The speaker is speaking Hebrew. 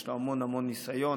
יש לו המון המון ניסיון,